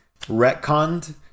retconned